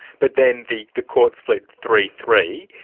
but then the the courts split three three,